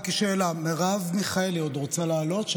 רק שאלה: מרב מיכאלי עוד רוצה לעלות?